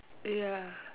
ya